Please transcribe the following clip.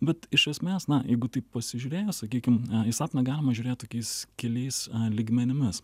bet iš esmės na jeigu taip pasižiūrėjus sakykim į sapną galima žiūrėt tokiais keliais lygmenimis